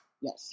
Yes